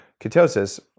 ketosis